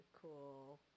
cool